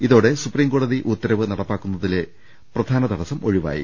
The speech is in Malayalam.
ഇതോടെ സുപ്രീം കോടതി ഉത്തരവ് നടപ്പാക്കുന്നതിലെ പ്രധാന തടസ്സം ഒഴിവായി